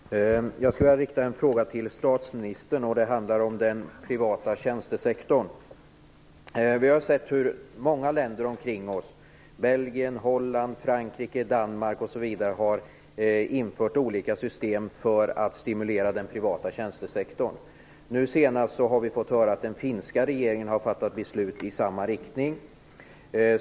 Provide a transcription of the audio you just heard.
Fru talman! Jag skulle vilja rikta en fråga till statsministern om den privata tjänstesektorn. Vi har sett hur många länder omkring oss, Belgien, Holland, Frankrike, Danmark, m.fl, har infört olika system för att stimulera den privata tjänstesektorn. Nu senast har vi fått höra att den finska regeringen har fattat beslut i samma riktning.